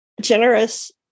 generous